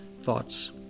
thoughts